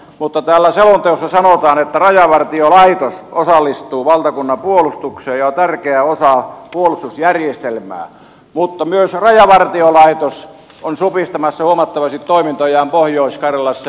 täällä selonteossa sanotaan että rajavartiolaitos osallistuu valtakunnan puolustukseen ja on tärkeä osa puolustusjärjestelmää mutta myös rajavartiolaitos on supistamassa huomattavasti toimintojaan pohjois karjalassa